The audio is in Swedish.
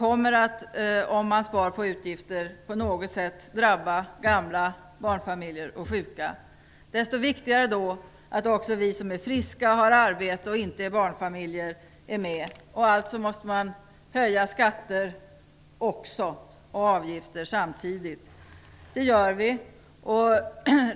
Om man spar på utgifter kommer det på något sätt att drabba gamla, barnfamiljer och sjuka. Desto viktigare är det då att vi som är friska, har arbete och inte är barnfamiljer är med. Alltså måste man höja skatter och avgifter samtidigt. Det gör vi.